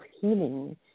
healing